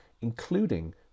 including